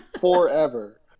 forever